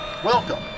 Welcome